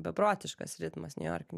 beprotiškas ritmas niujorke